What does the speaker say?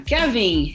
Kevin